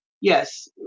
yes